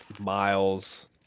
Miles